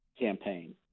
campaign